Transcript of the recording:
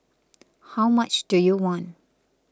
how much do you want